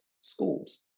schools